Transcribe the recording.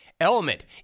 Element